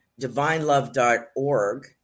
divinelove.org